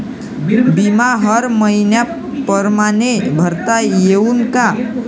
बिमा हर मइन्या परमाने भरता येऊन का?